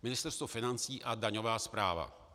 Ministerstvo financí a daňová správa.